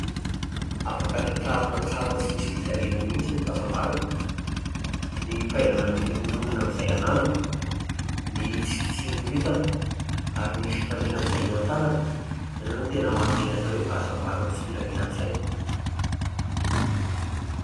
Afaka tratrarina tsara tsy misy fijaliana mihitsy ny fahasambarana. Ny fahaizana mio-onona amin'izay ananana, ny tsy fitsiriritana, ary ny fifaliana amin'izay eo an-tànana, ireo no tena manome ny atao hoe fahasambarana sy filaminan-tsaina